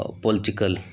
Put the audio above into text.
political